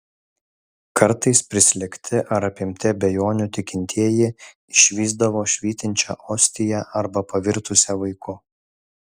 kartais prislėgti ar apimti abejonių tikintieji išvysdavo švytinčią ostiją arba pavirtusią vaiku